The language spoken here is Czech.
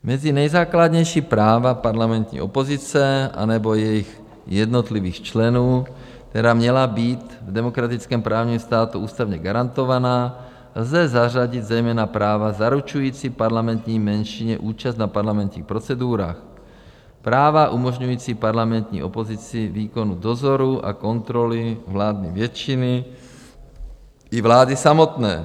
Mezi nejzákladnější práva parlamentní opozice anebo jejích jednotlivých členů, která by měla být v demokratickém právním státě ústavně garantovaná, lze zařadit zejména práva zaručující parlamentní menšině účast na parlamentních procedurách, práva umožňující parlamentní opozici výkon dozoru a kontrolu vládnoucí většiny i vlády samotné.